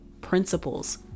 principles